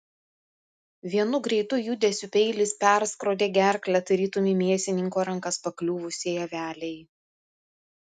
vienu greitu judesiu peilis perskrodė gerklę tarytum į mėsininko rankas pakliuvusiai avelei